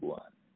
one